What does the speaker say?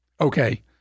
okay